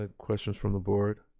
ah questions from the board?